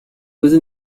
poser